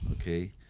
okay